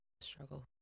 struggle